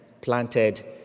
planted